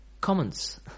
Comments